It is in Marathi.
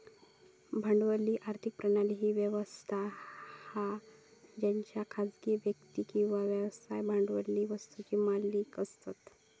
भांडवली आर्थिक प्रणाली ती व्यवस्था हा जेच्यात खासगी व्यक्ती किंवा व्यवसाय भांडवली वस्तुंचे मालिक असतत